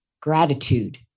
gratitude